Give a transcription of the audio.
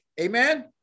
Amen